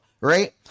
right